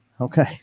Okay